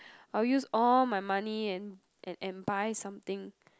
I'll use all my money and and buy something